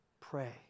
Pray